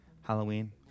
Halloween